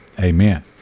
Amen